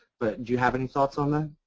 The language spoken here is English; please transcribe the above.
but do you have any thoughts on ah